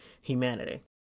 humanity